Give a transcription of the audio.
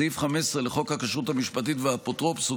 סעיף 15 לחוק הכשרות המשפטית והאפוטרופסות